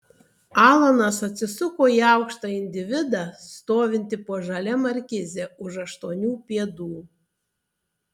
alanas atsisuko į aukštą individą stovintį po žalia markize už aštuonių pėdų